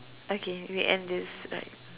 okay we end this right